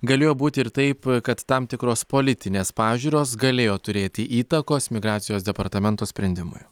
galėjo būti ir taip kad tam tikros politinės pažiūros galėjo turėti įtakos migracijos departamento sprendimui